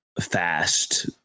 fast